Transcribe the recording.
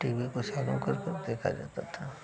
T V को करकर देखा जाता था